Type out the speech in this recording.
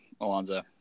Alonzo